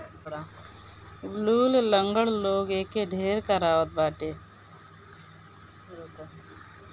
लूल, लंगड़ लोग एके ढेर करवावत बाटे